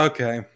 Okay